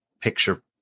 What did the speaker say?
picture